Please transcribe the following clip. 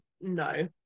no